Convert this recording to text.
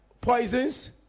poisons